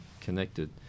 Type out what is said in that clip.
connected